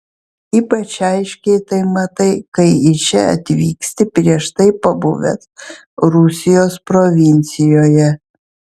ypač aiškiai tai matai kai į čia atvyksti prieš tai pabuvęs rusijos provincijoje